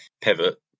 pivot